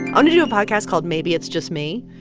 and and do do a podcast called maybe it's just me.